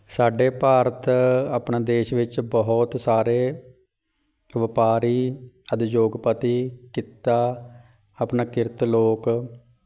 ਸਾਡੇ ਭਾਰਤ ਆਪਣਾ ਦੇਸ਼ ਵਿੱਚ ਬਹੁਤ ਸਾਰੇ ਵਪਾਰੀ ਉਦਯੋਗਪਤੀ ਕਿੱਤਾ ਆਪਣਾ ਕਿਰਤ ਲੋਕ